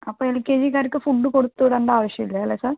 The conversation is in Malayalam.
അപ്പം എൽ കെ ജിക്കാർക്ക് ഫുഡ് കൊടുത്ത് വിടേണ്ട ആവശ്യം ഇല്ല അല്ലേ സർ